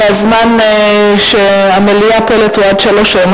והזמן שהמליאה פועלת הוא עד 15:00 היום.